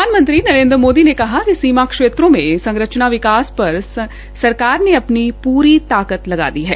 प्रधानमंत्री नरेन्द्र मोदी ने कहा है कि सीमा क्षेत्रों में संरचना विकास पर सरकार ने अपनी पूरी ताकत लगा दी है